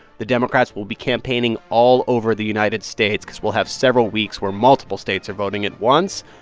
the democrats will be campaigning all over the united states because we'll have several weeks where multiple states are voting at once.